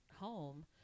home